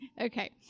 Okay